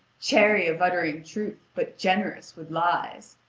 chary of uttering truth but generous with lies!